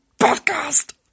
Podcast